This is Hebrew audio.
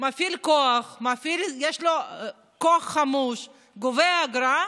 מפעיל כוח, יש לו כוח חמוש, הוא גובה אגרה,